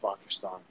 Pakistan